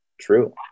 true